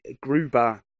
Gruber